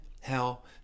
hell